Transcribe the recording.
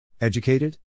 Educated